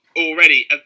already